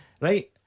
Right